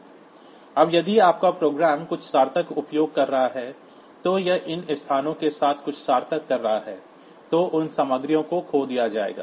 अब यदि आपका प्रोग्राम कुछ सार्थक उपयोग कर रहा है तो यह इन स्थानों के साथ कुछ सार्थक कर रहा है तो उन सामग्रियों को खो दिया जाएगा